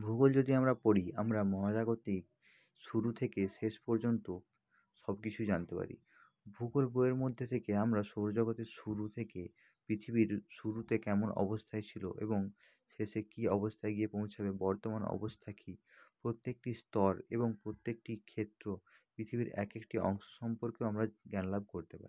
ভূগোল যদি আমরা পড়ি আমরা মহাজাগতিক শুরু থেকে শেষ পর্যন্ত সব কিছুই জানতে পারি ভূগোল বইয়ের মধ্যে থেকে আমরা সৌরজগতের শুরু থেকে পৃথিবীর শুরুতে কেমন অবস্থায় ছিলো এবং শেষে কী অবস্থায় গিয়ে পৌঁছাবে বর্তমান অবস্থা কী প্রত্যেকটি স্তর এবং পোত্যেকটি ক্ষেত্র পৃথিবীর এক একটি অংশ সম্পর্কেও আমরা জ্ঞান লাভ করতে পারি